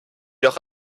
doch